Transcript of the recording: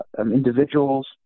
individuals